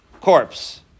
corpse